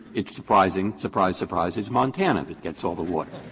it's surprising surprise, surprise it's montana that gets all the water?